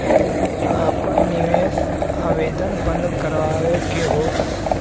आपन निवेश आवेदन बन्द करावे के हौ?